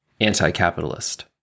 Anti-capitalist